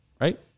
Right